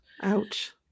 ouch